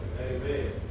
Amen